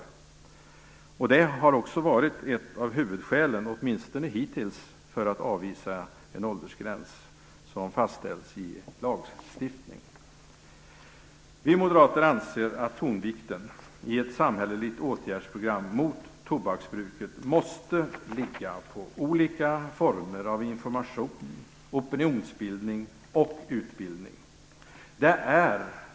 Detta har åtminstone hittills också varit ett av huvudskälen för att avvisa en åldersgräns som fastställs med lagstiftning. Vi moderater anser att tonvikten i ett samhälleligt åtgärdsprogram mot tobaksbruket måste ligga på olika former av information, opinionsbildning och utbildning. Fru talman!